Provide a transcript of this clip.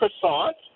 croissant